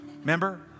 Remember